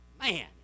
Man